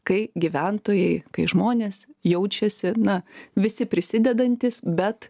kai gyventojai kai žmonės jaučiasi na visi prisidedantys bet